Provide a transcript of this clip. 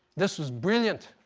this is brilliant.